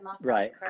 Right